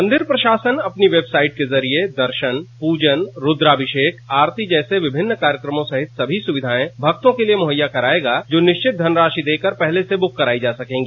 मंदिर प्रशासन अपनी वेबसाइट के जरिए दर्शन पूजन रूद्राभिषेक आरती जैसे विभिन्न कार्यक्रमों सहित सभी सुविधाएं भरत्तों के लिए मुहैया कराएगा जो निश्चित धनराशि देकर पहले से बुक कराई जा सकेंगी